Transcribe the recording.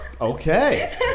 Okay